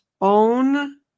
own